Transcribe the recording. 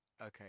okay